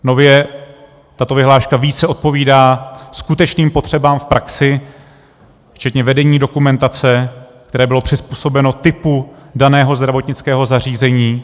Nově tato vyhláška více odpovídá skutečným potřebám v praxi, včetně vedení dokumentace, které bylo přizpůsobeno typu daného zdravotnického zařízení.